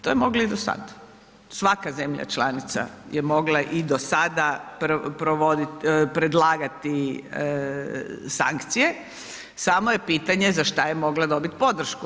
To je mogla i do sada, svaka zemlja članica je mogla i do sada predlagati sankcije samo je pitanje za šta je mogla dobiti podršku.